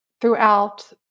throughout